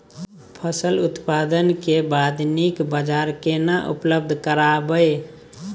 फसल उत्पादन के बाद नीक बाजार केना उपलब्ध कराबै?